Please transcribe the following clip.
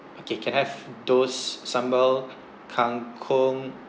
okay can I have those sambal kangkong